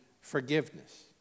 forgiveness